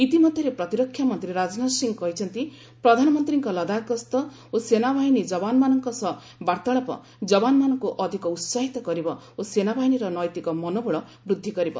ଇତିମଧ୍ୟରେ ପ୍ରତିରକ୍ଷା ମନ୍ତ୍ରୀ ରାଜନାଥ ସିଂହ କହିଛନ୍ତି ପ୍ରଧାନମନ୍ତ୍ରୀଙ୍କ ଲଦାଖ୍ ଗସ୍ତ ଓ ସେନାବାହିନୀ ଯବାନମାନଙ୍କ ସହ ବାର୍ତ୍ତାଳାପ ଯବାନମାନଙ୍କୁ ଅଧିକ ଉତ୍ସାହିତ କରିବ ଓ ସେନାବାହିନୀର ନୈତିକ ମନୋବଳ ବୃଦ୍ଧି କରିବ